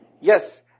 yes